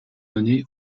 donné